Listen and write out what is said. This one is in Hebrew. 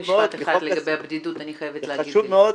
זה חשוב מאוד,